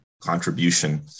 contribution